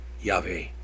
Yahweh